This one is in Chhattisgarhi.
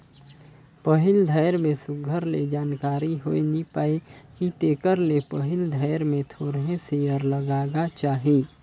पहिल धाएर में सुग्घर ले जानकारी होए नी पाए कि तेकर ले पहिल धाएर में थोरहें सेयर लगागा चाही